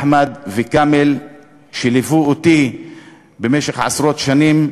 אחמד וכאמל, שליוו אותי במשך עשרות שנים,